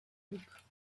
groupe